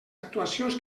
actuacions